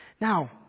Now